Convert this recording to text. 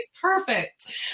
perfect